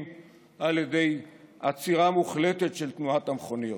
על ידי עצירה מוחלטת של תנועת המכוניות.